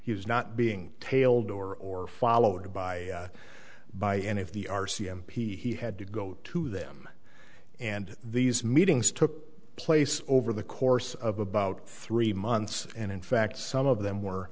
was not being tailed or followed by by any of the r c m p he had to go to them and these meetings took place over the course of about three months and in fact some of them were